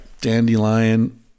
dandelion